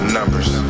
Numbers